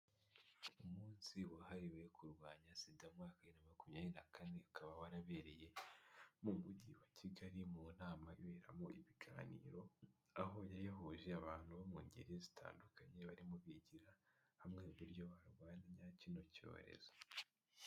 Umunsi wahariwe wo kurwanya SIDA mu mwaka wa bibiri na makumyabiri na kane, ukaba warabereye mu mujyi wa Kigali mu nama iberamo ibiganiro, aho yari yahuje abantu bo mu ngeri zitandukanye barimo bigira hamwe uburyo barwanya kino cyorezo.